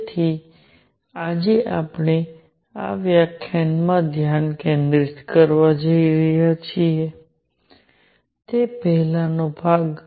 તેથી આજે આપણે આ વ્યાખ્યાનમાં જે ધ્યાન કેન્દ્રિત કરવા જઈ રહ્યા છીએ તે પહેલો ભાગ છે